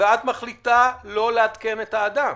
ואת מחליטה לא לעדכן את האדם?